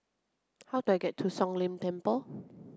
how do I get to Siong Lim Temple